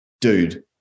Dude